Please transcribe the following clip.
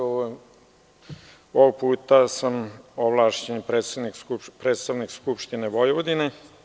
Ovog puta sam ovlašćeni predstavnik Skupštine Vojvodine.